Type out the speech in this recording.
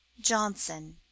Johnson